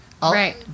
Right